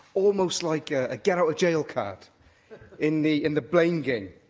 almost like a get out of jail card in the in the blame game,